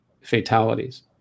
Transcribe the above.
fatalities